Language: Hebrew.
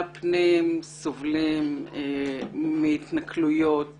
סובלים מהתנכלויות